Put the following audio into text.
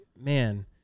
man